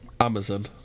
amazon